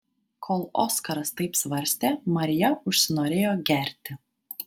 kol oskaras taip svarstė marija užsinorėjo gerti